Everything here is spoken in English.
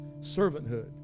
servanthood